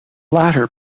latter